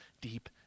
deep